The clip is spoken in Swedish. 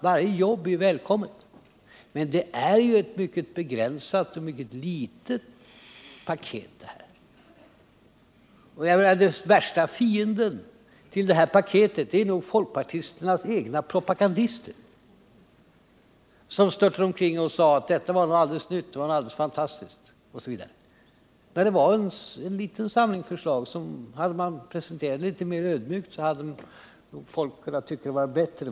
Varje jobb är välkommet. Men det är ett mycket begränsat paket. Den värsta fienden till detta paket är nog folkpartiets egna propagandister, som påstår att detta är någonting alldeles nytt och helt fantastiskt. Det är en liten samling förslag. Hade man presenterat dem litet mer ödmjukt, hade folk nog tyckt att de var bättre.